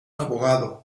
abogado